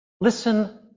Listen